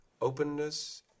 openness